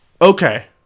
okay